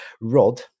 rod